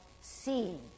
seeing